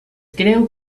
creu